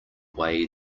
way